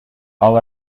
all